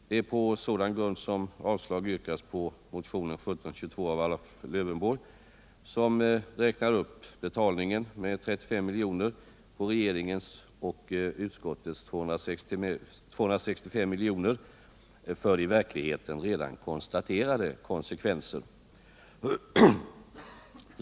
Det är på sådan grund som avslag yrkas på motionen 1722 av Alf Lövenborg, som räknar upp betalningen med 35 miljoner på regeringens och utskottets 265 miljoner för i verkligheten redan konstaterade konsekvenser.